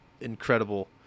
incredible